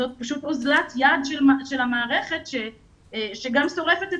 זאת פשוט אוזלת יד של המערכת שגם שורפת את